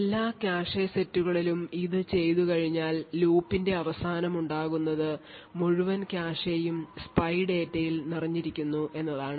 എല്ലാ കാഷെ സെറ്റുകളിലും ഇത് ചെയ്തുകഴിഞ്ഞാൽ ലൂപ്പിന്റെ അവസാനം ഉണ്ടാകുന്നത് മുഴുവൻ കാഷെയും സ്പൈ ഡാറ്റയിൽ നിറഞ്ഞിരിക്കുന്നു എന്നതാണ്